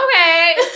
Okay